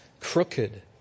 crooked